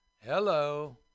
Hello